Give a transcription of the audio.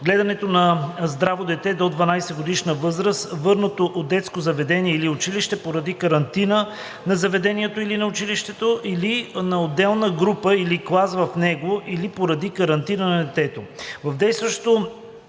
гледането на здраво дете до 12-годишна възраст, върнато от детско заведение или училище поради карантина на заведението или на училището, или на отделна група или клас в него, или поради карантина на детето. В действащото